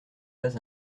pas